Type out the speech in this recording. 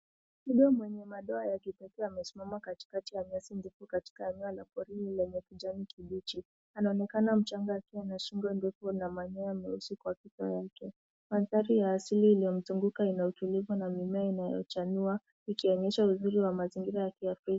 Twiga mwenye madoa ya kipekee amesimama katikati ya nyasi ndefu katika eneo la porini lenye kijani kibichi anaonekana mchanga akiwa na shingo ndefu na manyoya meusi kwa kichwa yake. Mandhari ya asili iliyomzunguka ina utulivu na mimea inayo chanua ikionyesha uzuri wa mazingira ya kiafrika.